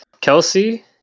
Kelsey